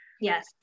Yes